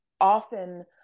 often